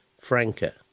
Franca